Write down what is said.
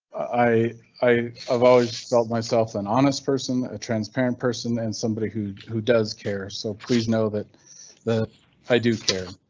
i i, i've always felt myself an honest person, a transparent person, an somebody who who does care. so please know that the i do care.